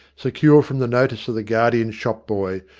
secure from the notice of the guardian shop-boy,